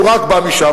שהוא בא רק משם,